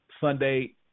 Sunday